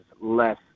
less